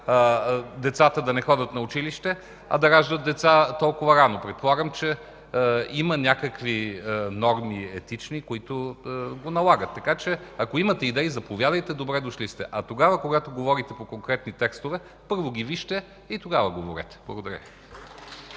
децата да не ходят на училище, а да раждат деца толкова рано? Предполагам, че има някакви етични норми, които го налагат?! Ако имате идеи, заповядайте, добре дошли сте. Тогава, когато говорите по конкретни текстове, първо, ги вижте и тогава говорете. Благодаря.